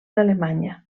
alemanya